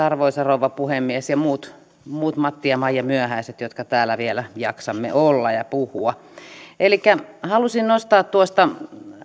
arvoisa rouva puhemies ja me muut matti ja maijamyöhäiset jotka täällä vielä jaksamme olla ja puhua halusin nostaa tuosta